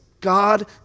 God